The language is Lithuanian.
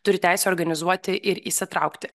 turi teisę organizuoti ir įsitraukti